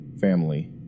family